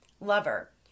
lover